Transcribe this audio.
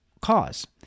cause